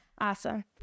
awesome